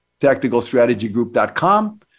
tacticalstrategygroup.com